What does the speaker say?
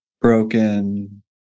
broken